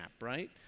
right